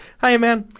hi eman.